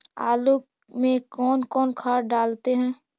आलू में कौन कौन खाद डालते हैं?